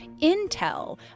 intel